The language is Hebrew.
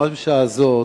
ממש בשעה זו,